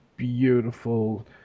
beautiful